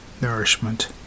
nourishment